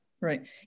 Right